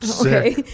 okay